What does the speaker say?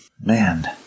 Man